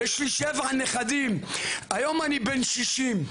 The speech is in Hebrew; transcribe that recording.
יש לי שבעה נכדים היום אני בן 60,